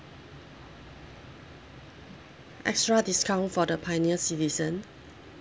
extra discount for the pioneer citizen